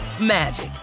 magic